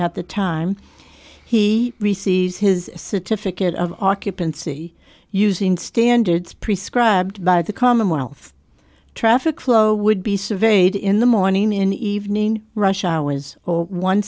at the time he receives his certificate of occupancy using standards prescribed by the commonwealth traffic flow would be surveyed in the morning and evening rush hours or on